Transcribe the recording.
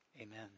amen